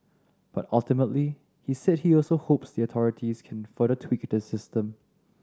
but ultimately he said he also hopes the authorities can further tweak the system